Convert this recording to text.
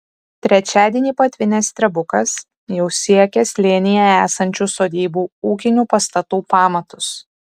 trečiadienį patvinęs strebukas jau siekė slėnyje esančių sodybų ūkinių pastatų pamatus